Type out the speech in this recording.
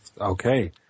okay